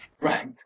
right